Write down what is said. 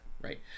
right